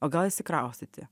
o gal išsikraustyti